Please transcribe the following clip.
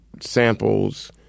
samples